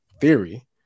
theory